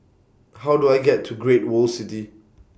How Do I get to Great World City